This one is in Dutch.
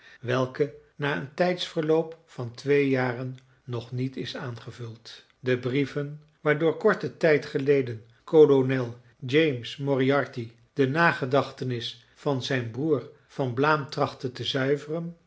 welke na een tijdsverloop van twee jaren nog niet is aangevuld de brieven waardoor korten tijd geleden kolonel james moriarty de nagedachtenis van zijn broer van blaam trachtte te zuiveren